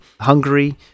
Hungary